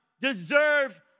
deserve